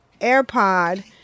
AirPod